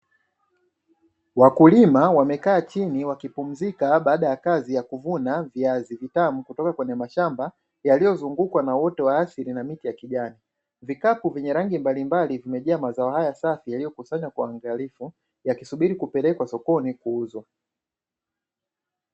Wakulima wamekaa chini wakipumzika baada ya kazi ya kuvuna viazi vitamu, kutoka kwenye mashamba yaliyozungukwa na uoto wa asili na miti ya kijani. Vikapu vyenye rangi mbalimbali vimejaa mazao haya safi, yaliyokusanywa kwa uangalifu yakisubiri kupelekwa sokoni kuuzwa.